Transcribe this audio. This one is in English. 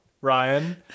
Ryan